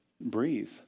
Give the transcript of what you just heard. breathe